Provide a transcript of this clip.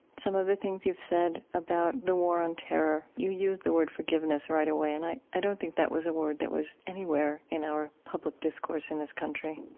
some of the things you've said about the war on terror, you used the word forgiveness right away, and i i don't think that was a word that was anywhere in our public discourse in this country.